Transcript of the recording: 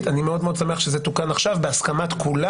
ואני מאוד שמח שזה תוקן עכשיו בהסכמת כולם.